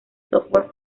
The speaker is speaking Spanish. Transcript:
software